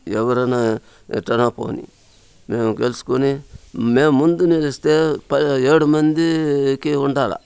ఎవరైనా ఎటైనా పోనీ మేము గెలుచుకొని మేము ముందు నిలిస్తే పై ఏడు మందికి ఉండాలా